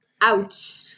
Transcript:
Ouch